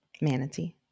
Manatee